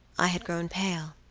i had grown pale,